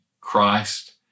Christ